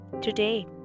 Today